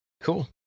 Cool